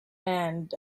and